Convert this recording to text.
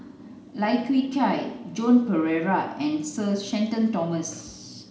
Lai Kew Chai Joan Pereira and Sir Shenton Thomas